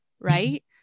right